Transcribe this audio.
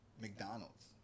McDonald's